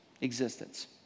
existence